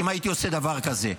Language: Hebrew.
אם הייתי עושה דבר כזה.